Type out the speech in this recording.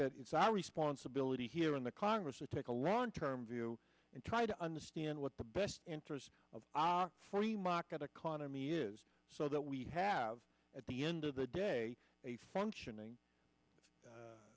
that it's our responsibility here in the congress to take a long term view and try to understand what the best interest of free market economy is so that we have at the end of the day a functioning